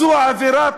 זו עבירה פלילית.